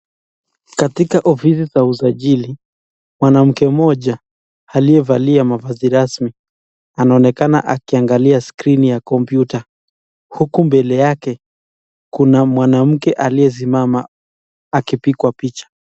Katika ofisi za usajili , mwanamke mmoja aliyevalia mavazi rasmi anaonekana akiangalia skrini ya kompyuta huku mbele yake kuna mwanamke aliyesimama akipigwa picha.